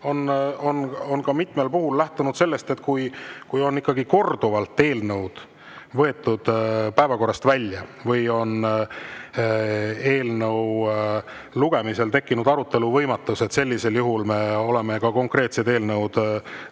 on mitmel puhul lähtunud ka sellest, et kui eelnõu on ikka korduvalt võetud päevakorrast välja või on eelnõu lugemisel tekkinud arutelu võimatus, siis sellisel juhul me oleme need konkreetsed eelnõud